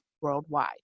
worldwide